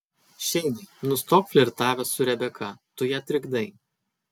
šeinai nustok flirtavęs su rebeka tu ją trikdai